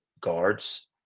guards